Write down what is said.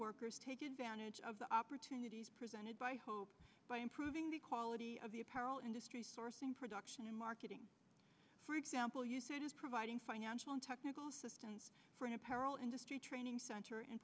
workers take advantage of the opportunity presented by hope by improving the quality of the apparel industry sourcing production and marketing for example you providing financial and technical assistance for an apparel industry training center